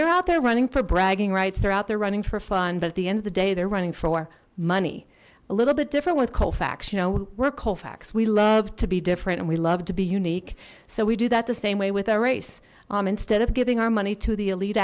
they're out there running for bragging rights they're out there running for fun but at the end of the day they're running for money a little bit different with colfax you know we're colfax we love to be different and we love to be unique so we do that the same way with our race um instead of giving our money to the elite